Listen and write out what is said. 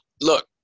look